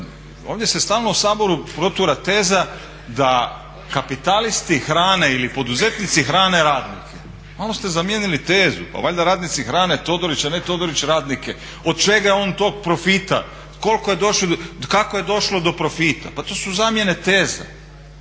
ovdje se stalno u Saboru protura teza da kapitalisti hrane ili poduzetnici hrane radnike. Malo ste zamijenili tezu, pa valjda radnici hrane Todorića, a ne Todorić radnike. Od čega je on tog profita, kako je došlo do profita? Pa to su zamjene teza.